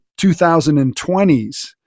2020s